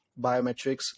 biometrics